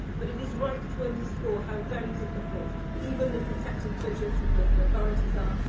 but it is right to underscore how very difficult even the protected budgets of local authorities are,